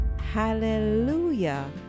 Hallelujah